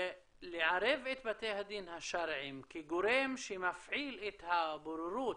שלערב את בתי הדין השרעיים כגורם שמפעיל את הבוררות